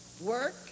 work